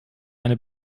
eine